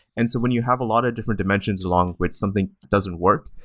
and so when you have a lot of different dimensions along where something doesn't work,